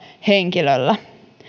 henkilöllä